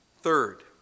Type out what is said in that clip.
Third